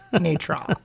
neutral